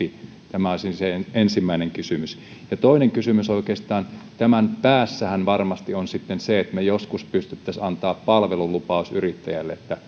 tämä olisi se ensimmäinen kysymys ja toinen kysymys oikeastaan tämän päässähän varmasti on sitten se että me joskus pystyisimme antamaan palvelulupauksen yrittäjälle että